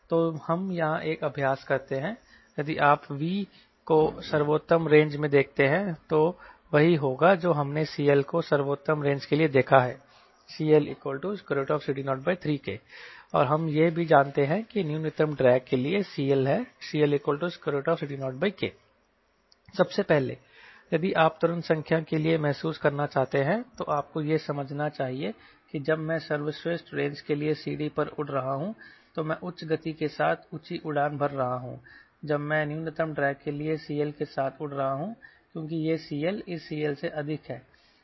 तो हम यहाँ एक अभ्यास करते हैं यदि आप V को सर्वोत्तम रेंज में देखते हैं तो वही होगा जो हमने CL को सर्वोत्तम रेंज के लिए देखा है CLCD03K और हम यह भी जानते हैं कि न्यूनतम ड्रैग के लिए CL है CLCD0K सबसे पहले यदि आप तुरंत संख्या के लिए महसूस करना चाहते हैं तो आपको यह समझना चाहिए कि जब मैं सर्वश्रेष्ठ रेंज के लिए CD पर उड़ रहा हूं तो मैं उच्च गति के साथ ऊंची उड़ान भर रहा हूं जब मैं न्यूनतम ड्रैग के लिए CL के साथ उड़ रहा हूं क्योंकि यह CL इस CL से अधिक है